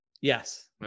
Yes